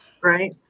Right